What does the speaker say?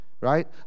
right